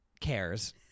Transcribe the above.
cares